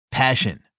Passion